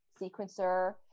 sequencer